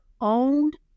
owned